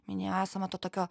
minėjo esama to tokio